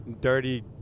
dirty